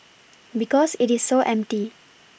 because it is so empty